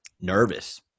nervous